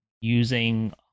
using